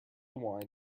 wine